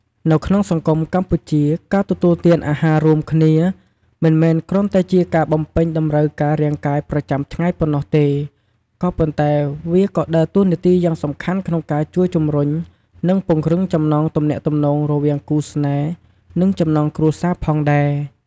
នៅក្នុងសង្គមកម្ពុជា ការទទួលទានអាហាររួមគ្នា មិនមែនគ្រាន់តែជាការបំពេញតម្រូវការរាងកាយប្រចាំថ្ងៃប៉ុណ្ណោះទេ ក៏ប៉ុន្តែវាក៏ដើរតួនាទីយ៉ាងសំខាន់ក្នុងការជួយជំរុញ និង ពង្រឹងចំណងទំនាក់ទំនងរវាងគូស្នេហ៍ និងចំណងគ្រួសារផងដែរ។